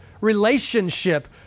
relationship